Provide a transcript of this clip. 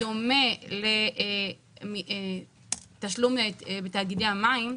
בדומה לתשלום לתאגידי המים,